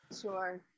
Sure